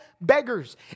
beggars